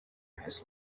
has